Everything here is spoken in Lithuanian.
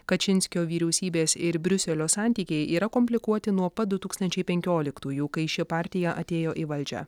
kačinskio vyriausybės ir briuselio santykiai yra komplikuoti nuo pat du tūkstančiai penkioliktųjų kai ši partija atėjo į valdžią